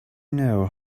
know